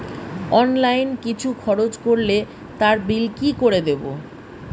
Online কিছু খরচ করলে তার বিল কি করে দেবো?